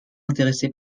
intéressé